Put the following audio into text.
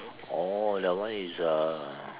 oh that one is a